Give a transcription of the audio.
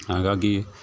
ಹಾಗಾಗಿ